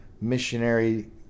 missionary